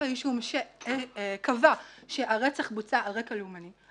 האישום שקבע שהרצח בוצע על רקע לאומני,